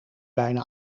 bijna